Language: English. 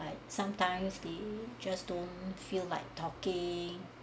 like sometimes they just don't feel like talking